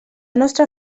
nostra